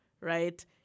right